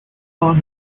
song